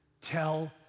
Tell